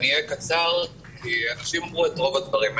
אני אהיה קצר כי אנשים אמרו את רוב הדברים.